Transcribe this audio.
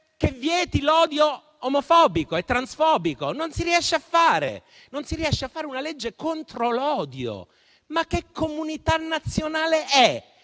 che vieti l'odio omofobico e transfobico, non la si riesce a fare; non si riesce a fare una legge contro l'odio. Ma che comunità nazionale è